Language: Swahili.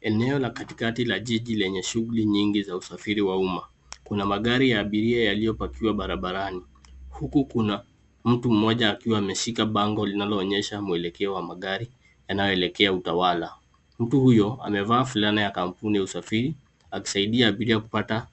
Eneo la katikati la jiji lenye shughuli nyingi za usafiri wa umma. Kuna magari ya abiria yaliyopakiwa barabarani huku kuna mtu mmoja akiwa ameshika bango linaloonyesha mwelekeo wa magari yanayoelekea Utawala. Mtu huyo amevaa fulana ya kampuni ya usafiri akisaidia abiria kupata